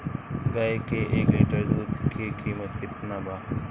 गाय के एक लीटर दूध के कीमत केतना बा?